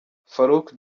faruku